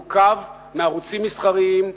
המורכב מערוצים מסחריים,